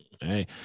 hey